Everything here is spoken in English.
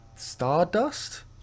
Stardust